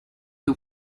you